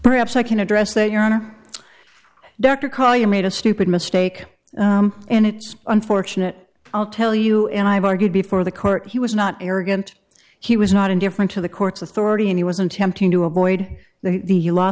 perhaps i can address that your honor dr call you made a stupid mistake and it's unfortunate i'll tell you and i've argued before the court he was not arrogant he was not indifferent to the court's authority and he was attempting to avoid the law